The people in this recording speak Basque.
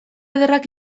ederrak